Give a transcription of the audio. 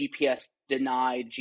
GPS-denied